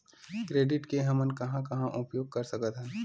Credit के हमन कहां कहा उपयोग कर सकत हन?